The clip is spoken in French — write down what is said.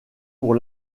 pour